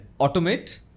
automate